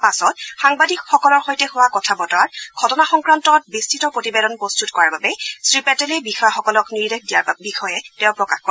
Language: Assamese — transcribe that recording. পাছত সাংবাদিকসকলৰ সৈতে হোৱা কথা বতৰাত ঘটনা সংক্ৰান্তত বিস্তৃত প্ৰতিবেদন প্ৰস্তত কৰাৰ বাবে শ্ৰী পেটেলে বিষয়াসকলক নিৰ্দেশ দিয়াৰ বিষয়ে তেওঁ প্ৰকাশ কৰে